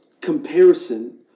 comparison